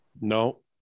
No